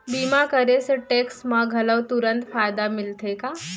बीमा करे से टेक्स मा घलव तुरंत फायदा मिलथे का?